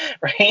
Right